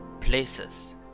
places